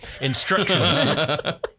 Instructions